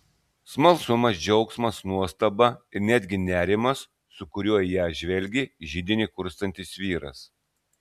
smalsumas džiaugsmas nuostaba ir netgi nerimas su kuriuo į ją žvelgė židinį kurstantis vyras